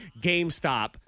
GameStop